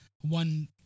one